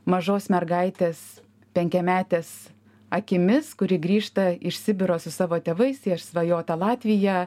mažos mergaitės penkiametės akimis kuri grįžta iš sibiro su savo tėvais į išsvajotą latviją